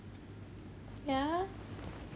ya